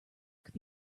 could